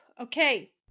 Okay